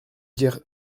dire